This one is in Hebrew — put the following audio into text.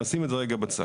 נשים את זה רגע בצד.